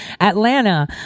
Atlanta